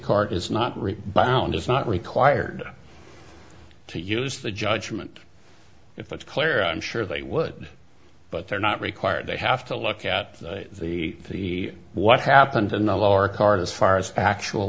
court is not rebound it's not required to use the judgement if it's clear i'm sure they would but they're not required they have to look at the for the what happened in the lower card as far as actual